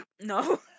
No